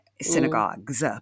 synagogues